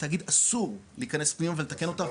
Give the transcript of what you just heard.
לתאגיד אסור להיכנס פנימה ולתקן אותה,